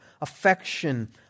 affection